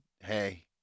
hey